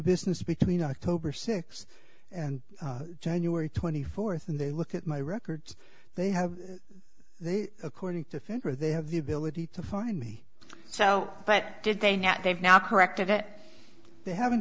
business between october sixth and january twenty fourth and they look at my records they have they according to fender they have the ability to find me so but did they not they've now corrected that they haven't